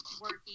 working